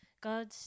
God